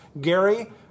Gary